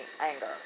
anger